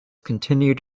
continued